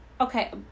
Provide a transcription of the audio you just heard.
Okay